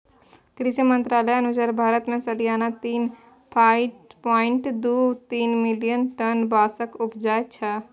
कृषि मंत्रालयक अनुसार भारत मे सलियाना तीन पाँइट दु तीन मिलियन टन बाँसक उपजा छै